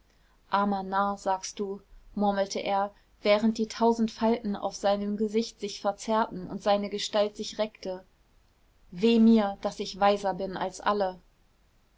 narr sagst du murmelte er während die tausend falten auf seinem gesicht sich verzerrten und seine gestalt sich reckte weh mir daß ich weiser bin als alle